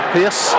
Pierce